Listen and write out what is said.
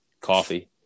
Coffee